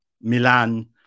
Milan